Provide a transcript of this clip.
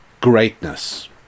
greatness